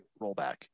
rollback